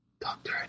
Doctor